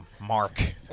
mark